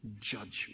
judgment